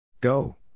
Go